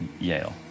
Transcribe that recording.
Yale